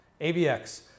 AVX